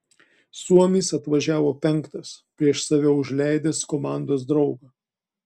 suomis atvažiavo penktas prieš save užleidęs komandos draugą